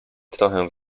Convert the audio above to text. trochę